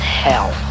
hell